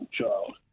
child